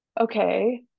okay